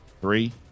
three